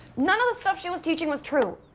none of the stuff she was teaching was true.